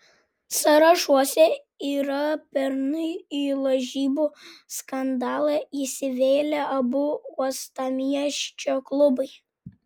sąrašuose yra pernai į lažybų skandalą įsivėlę abu uostamiesčio klubai